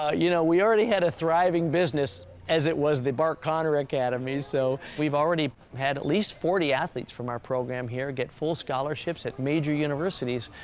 ah you know, we already had a thriving business as it was the bart conner academy, so. we've already had at least forty athletes from our programme here get full scholarships at major universities,